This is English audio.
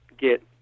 get